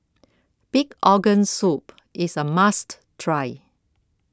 Pig Organ Soup is a must try